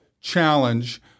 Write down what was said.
challenge